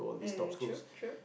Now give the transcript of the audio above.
mm true true